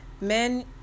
men